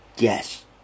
Yes